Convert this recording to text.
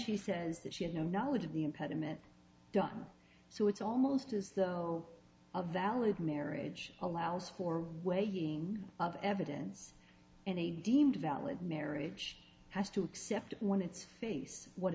she says that she had no knowledge of the impediment so it's almost as though a valid marriage allows for way using of evidence and they deemed valid marriage has to accept one its face what